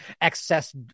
Excess